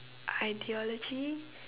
ideology